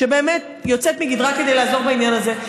שבאמת יוצאת מגדרה כדי לעזור בעניין הזה.